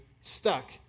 stuck